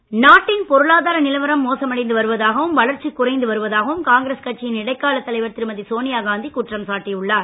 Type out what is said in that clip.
சோனியா நாட்டின் பொருளாதார நிலவரம் மோசமடைந்து வருவதாகவும் வளர்ச்சி குறைந்து வருவதாகவும் காங்கிரஸ் கட்சியின் இடைக்காலத் தலைவர் திருமதி சோனியா காந்தி குற்றம் சாட்டி உள்ளார்